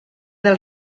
del